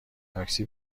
تاکسی